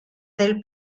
del